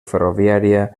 ferroviària